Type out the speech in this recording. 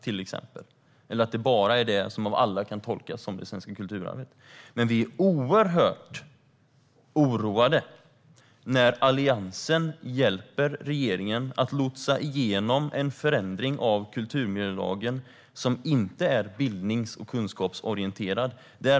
Vi säger inte att det bara är det som av alla kan tolkas som det svenska kulturarvet. Men vi är oerhört oroade när Alliansen hjälper regeringen att lotsa igenom en förändring av kulturmiljölagen som inte är bildnings och kunskapsorienterad.